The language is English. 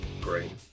Great